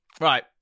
right